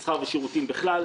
במסחר ושירותים בכלל,